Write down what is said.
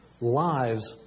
lives